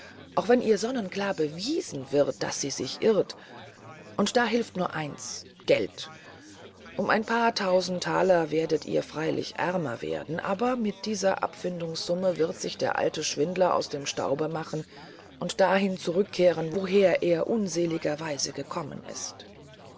auch wenn ihr sonnenklar bewiesen wird daß sie sich irrt und da hilft nur eines geld um ein paar tausend thaler werdet ihr freilich ärmer werden aber mit dieser abfindungssumme wird sich der alte schwindler aus dem staube machen und dahin zurückkehren woher er unseligerweise gekommen ist